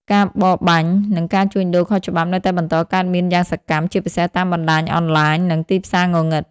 ការបរបាញ់ និងការជួញដូរខុសច្បាប់ នៅតែបន្តកើតមានយ៉ាងសកម្ម ជាពិសេសតាមបណ្ដាញអនឡាញ និងទីផ្សារងងឹត។